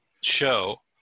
show